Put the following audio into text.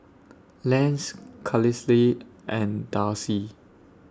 Lance Carlisle and Darcy